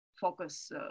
Focus